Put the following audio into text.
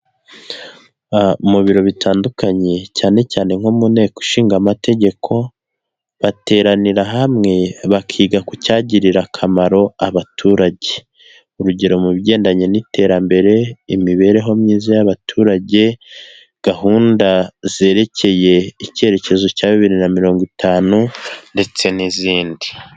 Mu biro bitandukanye cyane cyane nko mu nteko ishinga amategeko, bateranira hamwe bakiga ku cyagirira akamaro abaturage, urugero mu bigendanye n'iterambere, imibereho myiza y'abaturage gahunda zerekeye icyerekezo cya bibiri na mirongo itanu ndetse n'izindi.